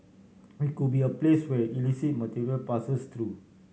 we could be a place where illicit material passes through